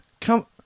come